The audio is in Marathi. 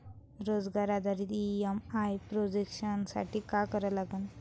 रोजगार आधारित ई.एम.आय प्रोजेक्शन साठी का करा लागन?